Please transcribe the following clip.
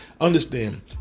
understand